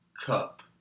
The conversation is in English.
Cup